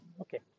Okay